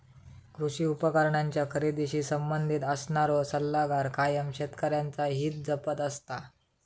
कृषी उपकरणांच्या खरेदीशी संबंधित असणारो सल्लागार कायम शेतकऱ्यांचा हित जपत असता